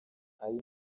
ari